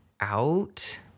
out